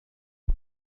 أحب